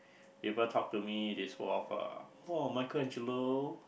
people they talk to me they spoke of !woah! Michael-Angelo